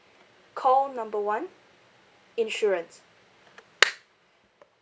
call number one insurance